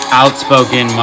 outspoken